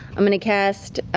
i'm going to cast,